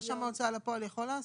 רשם ההוצאה לפועל יכול לעשות?